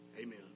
amen